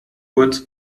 kurz